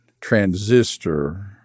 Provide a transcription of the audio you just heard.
transistor